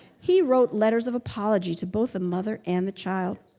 he wrote letters of apology to both the mother and the child.